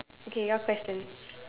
okay your question